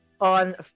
on